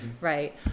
right